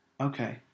Okay